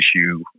issue